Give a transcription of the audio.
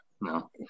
no